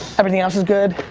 everything else is good?